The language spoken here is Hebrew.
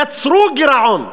יצרו גירעון,